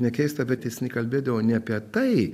ne keista bet jis kalbėdavo ne apie tai